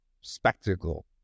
spectacle